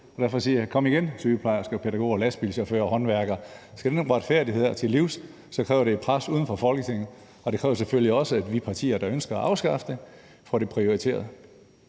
derfor siger jeg: Kom igen, sygeplejersker, pædagoger, lastbilchauffører og håndværkere. Hvis vi skal de her uretfærdigheder til livs, kræver det et pres uden for Folketinget. Og det kræver selvfølgelig også, at vi partier, der ønsker at afskaffe dem, får det prioriteret.